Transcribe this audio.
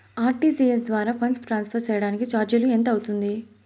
RTGS ద్వారా funds transfer సేయడానికి చార్జీలు ఎంత అవుతుంది